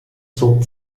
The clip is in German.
zog